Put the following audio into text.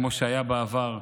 כמו שהיה בעבר,